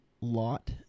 lot